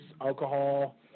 alcohol